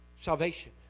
salvation